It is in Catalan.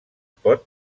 pot